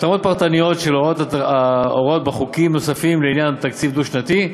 התאמות פרטניות של הוראות בחוקים נוספים לעניין התקציב הדו-שנתי,